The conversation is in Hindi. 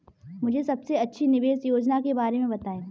मुझे सबसे अच्छी निवेश योजना के बारे में बताएँ?